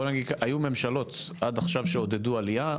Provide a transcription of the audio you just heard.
היו ממשלות עד עכשיו שעודדו עלייה.